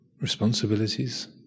responsibilities